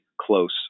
close